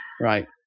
Right